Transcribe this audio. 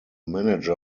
manager